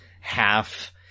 half